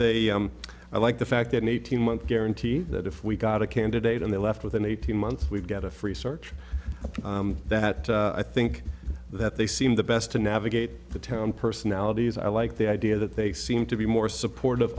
they i like the fact that an eighteen month guarantee that if we got a candidate on the left within eighteen months we'd get a free search that i think that they seemed the best to navigate the town personalities i like the idea that they seem to be more supportive